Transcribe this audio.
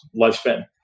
lifespan